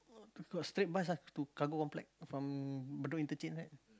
got straight bus ah to Cargo Complex from Bedok interchange right